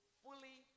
fully